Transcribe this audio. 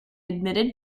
admitted